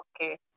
Okay